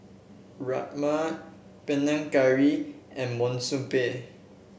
Rajma Panang Curry and Monsunabe